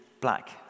black